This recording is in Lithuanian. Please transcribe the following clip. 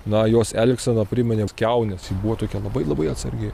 na jos elgsena priminė kiaunės ji buvo tokia labai labai atsargi